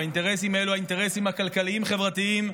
והאינטרסים הם האינטרסים הכלכליים-חברתיים.